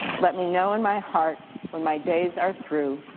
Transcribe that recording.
let me know in my heart when my days are through,